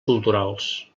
culturals